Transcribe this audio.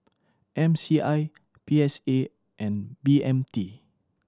M C I P S A and B M T